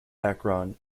akron